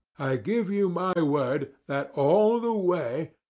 i give you my word that all the way,